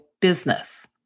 business